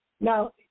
Now